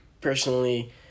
personally